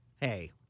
hey